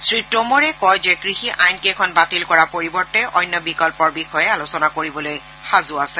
শ্ৰীটোমৰে কয় যে কৃষি আইনকেইখন বাতিল কৰাৰ পৰিৱৰ্তে অন্য বিকল্পৰ বিষয়ে আলোচনা কৰিবলৈ সাজু আছে